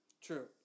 True